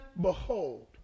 behold